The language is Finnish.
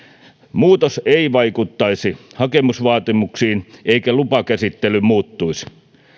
muutos ei vaikuttaisi hakemusvaatimuksiin eikä lupakäsittely muuttuisi